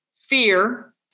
fear